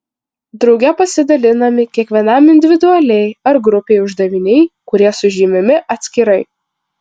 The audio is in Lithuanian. drauge pasidalinami kiekvienam individualiai ar grupei uždaviniai kurie sužymimi atskirai